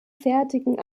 fertigen